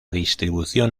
distribución